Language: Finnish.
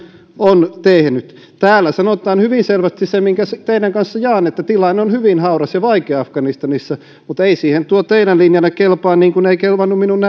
on tehnyt täällä sanotaan hyvin selvästi se minkä teidän kanssanne jaan että tilanne on hyvin hauras ja vaikea afganistanissa mutta ei siihen tuo teidän linjanne kelpaa niin kuin ei kelvannut minun